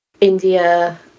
India